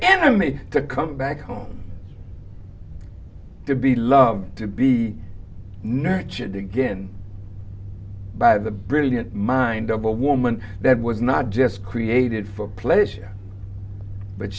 enemy to come back home to be loved to be nurtured again by the brilliant mind of a woman that was not just created for pleasure but